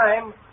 time